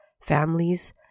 families